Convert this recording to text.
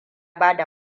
bada